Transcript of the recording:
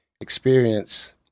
experience